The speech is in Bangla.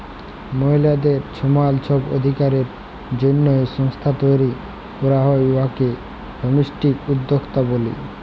মহিলাদের ছমাল ছব অধিকারের জ্যনহে সংস্থা তৈরি ক্যরা হ্যয় উয়াকে ফেমিলিস্ট উদ্যক্তা ব্যলি